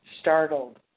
Startled